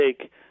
take